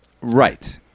right